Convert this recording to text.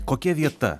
kokia vieta